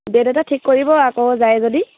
date এটা ঠিক কৰিব আকৌ যায় যদি